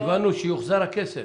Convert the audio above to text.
כיוונו שיוחזר הכסף.